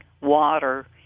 water